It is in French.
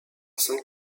cinq